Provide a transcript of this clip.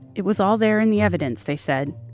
it was all there in the evidence they said.